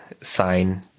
sign